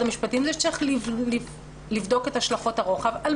המשפטים זה שצריך לבדוק את השלכות הרוחב על